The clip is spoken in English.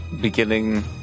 beginning